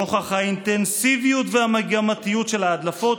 נוכח האינטנסיביות והמגמתיות של ההדלפות,